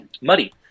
Muddy